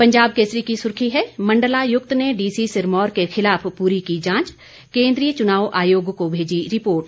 पंजाब केसरी की सुर्खी है मंडलायुक्त ने डीसी सिरमौर के खिलाफ पूरी की जांच केंद्रीय चुनाव आयोग को मेजी रिपोर्ट